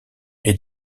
est